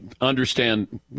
understand